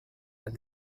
and